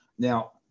Now